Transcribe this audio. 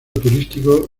turístico